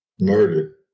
murdered